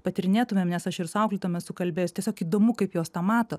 patyrinėtumėm nes aš ir su auklėtojom esu kalbėjus tiesiog įdomu kaip jos tą mato